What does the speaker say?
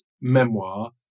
memoir